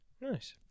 Nice